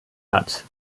hat